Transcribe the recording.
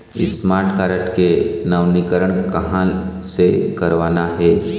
Smart card के नवीनीकरण कहां से करवाना हे?